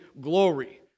glory